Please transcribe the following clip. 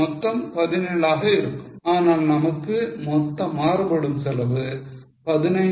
மொத்தம் 17 ஆக இருக்கும் ஆனால் நமக்கு மொத்த மாறுபடும் செலவு 15